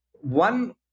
one